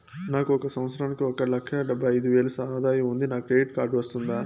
నాకు ఒక సంవత్సరానికి ఒక లక్ష డెబ్బై అయిదు వేలు ఆదాయం ఉంది నాకు క్రెడిట్ కార్డు వస్తుందా?